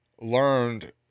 learned